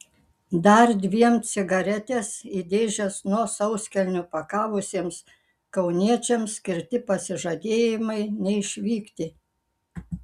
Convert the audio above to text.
dar dviem cigaretes į dėžes nuo sauskelnių pakavusiems kauniečiams skirti pasižadėjimai neišvykti